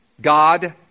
God